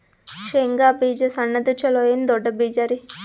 ಶೇಂಗಾ ಬೀಜ ಸಣ್ಣದು ಚಲೋ ಏನ್ ದೊಡ್ಡ ಬೀಜರಿ?